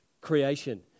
creation